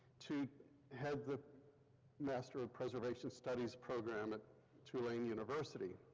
to head the master of preservation studies program at tulane university.